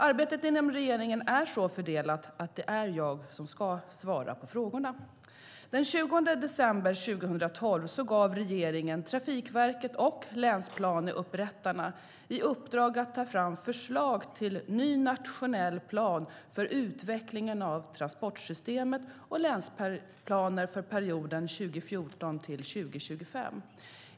Arbetet inom regeringen är så fördelat att det är jag som ska svara på frågorna. Den 20 december 2012 gav regeringen Trafikverket och länsplaneupprättarna i uppdrag att ta fram förslag till ny nationell plan för utvecklingen av transportsystemet och länsplaner för perioden 2014-2025.